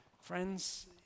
Friends